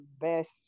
best